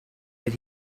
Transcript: that